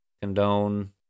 condone